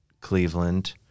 Cleveland